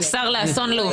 השר לאסון לאומי.